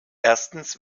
erstens